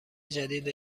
جدید